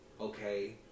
Okay